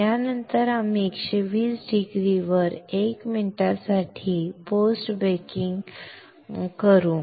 यानंतर आम्ही 120 डिग्रीवर 1 मिनिटासाठी पोस्ट बेकिंग पोस्ट बेकिंग करू